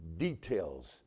details